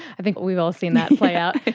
i think we've all seen that play out.